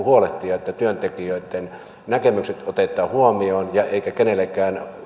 täytyy huolehtia että työntekijöitten näkemykset otetaan huomioon eikä kenelläkään